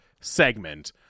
segment